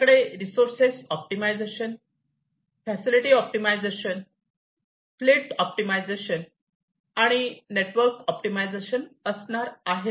आमच्याकडे resources optimisation facility optimisation fleet optimisation आणि network optimisation असणार आहेत